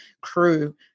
crew